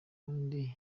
ubundi